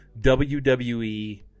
WWE